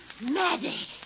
Maddie